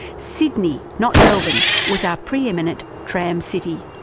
sydney, not melbourne, was our pre-eminent tram city.